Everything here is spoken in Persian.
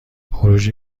خروج